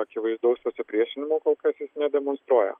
akivaizdaus pasipriešinimo kol kas jis nedemonstruoja